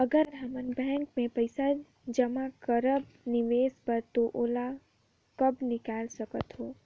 अगर हमन बैंक म पइसा जमा करब निवेश बर तो ओला कब निकाल सकत हो?